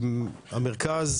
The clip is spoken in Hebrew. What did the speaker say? המרכז